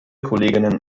kolleginnen